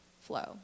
flow